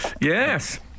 Yes